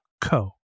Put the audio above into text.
co